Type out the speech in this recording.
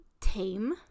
tame